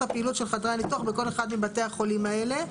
הפעילות של חדרי הניתוח בכל אחד מבתי החולים האלה.